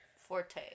Forte